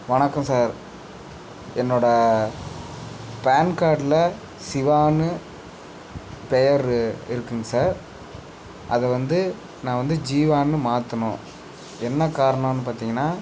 வணக்கம் சார் என்னோட பேன் கார்டில் சிவான்னு பெயர் இருக்குதுங்க சார் அதை வந்து நான் வந்து ஜீவான்னு மாற்றணும் என்ன காரணன் பார்த்தீங்கன்னா